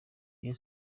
rayon